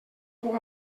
poc